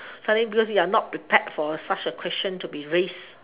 suddenly because you are not prepared for such a question to be raised